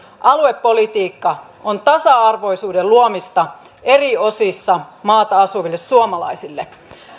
aluepolitiikka on tasa arvoisuuden luomista eri osissa maata asuville suomalaisille